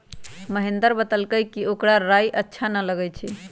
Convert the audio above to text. महेंदर बतलकई कि ओकरा राइ अच्छा न लगई छई